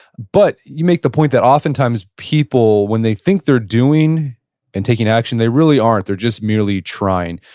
but you make the point that oftentimes people, when they think they're doing and taking action, they really aren't. they're just merely trying.